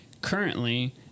currently